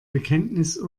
bekenntnis